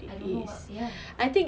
I don't know what ya